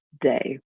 day